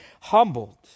humbled